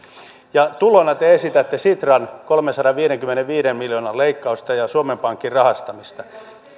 ja tulona te esitätte sitran kolmensadanviidenkymmenenviiden miljoonan leikkausta ja suomen pankin rahastamista